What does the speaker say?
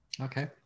Okay